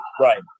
Right